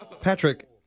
Patrick